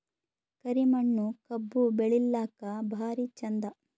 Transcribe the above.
ಕರಿ ಮಣ್ಣು ಕಬ್ಬು ಬೆಳಿಲ್ಲಾಕ ಭಾರಿ ಚಂದ?